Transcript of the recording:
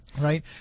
Right